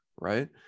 right